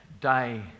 day